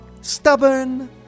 Stubborn